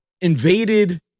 invaded